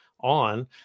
on –